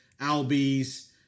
Albies